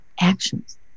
actions